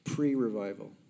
Pre-revival